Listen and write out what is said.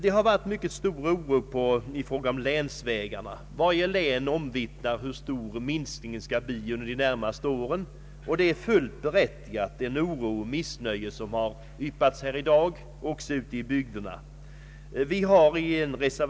Det har rått mycket stor oro beträffande länsvägarna. Varje län omvittnar hur stor minskningen skall bli under de närmaste åren. Det missnöje och den oro som yppats här i dag och ute i bygderna är fullt berättigade.